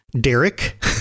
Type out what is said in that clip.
Derek